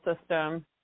system